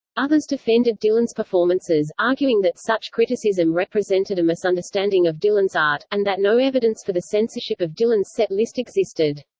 others defended dylan's performances, arguing that such criticism represented a misunderstanding of dylan's art, and that no evidence for the censorship of dylan's set list existed.